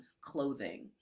clothing